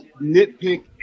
nitpick